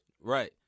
Right